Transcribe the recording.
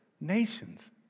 nations